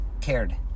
cared